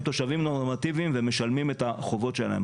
תושבים נורמטיביים ומשלמים את החובות שלהם.